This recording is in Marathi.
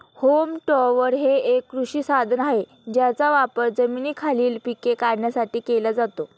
होम टॉपर हे एक कृषी साधन आहे ज्याचा वापर जमिनीखालील पिके काढण्यासाठी केला जातो